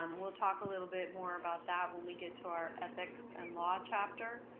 um we'll talk a little bit more about that when we get to our ethics and law chapter,